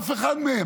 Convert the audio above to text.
אף אחד מהם.